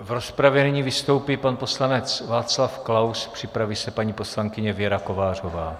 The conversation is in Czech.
V rozpravě nyní vystoupí pan poslanec Václav Klaus, připraví se paní poslankyně Věra Kovářová.